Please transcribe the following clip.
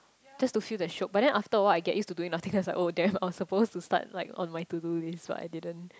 just to feel the shiok but then after a while I get used to doing nothing because then I was like oh damn I was supposed to start like on my to do list but I didn't